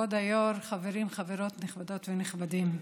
כבוד היושב-ראש, חברים וחברות נכבדות ונכבדים,